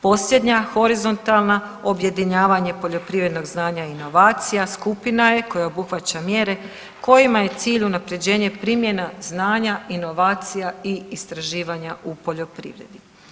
Posljednja horizontalna, objedinjavanje poljoprivrednog znanja inovacija skupina je koja obuhvaća mjere kojima je cilj unapređenje, primjena znanja, inovacija i istraživanja u poljoprivredni.